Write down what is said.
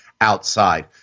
outside